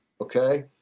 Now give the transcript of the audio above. okay